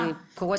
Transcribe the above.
אני קוראת מפה.